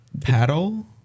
paddle